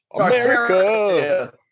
America